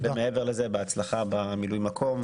מעבר לכך, בהצלחה במילוי מקום.